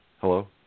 Hello